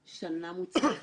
קודם כול, תודה רבה.